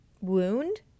wound